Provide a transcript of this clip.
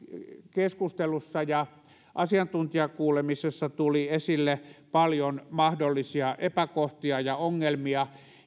keskustelussa ja asiantuntijakuulemisessa tuli esille paljon mahdollisia epäkohtia ja ongelmia